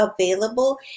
available